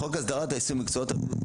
חוק הסדרת העיסוק במקצועות הבריאות,